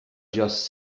just